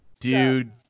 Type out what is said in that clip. Dude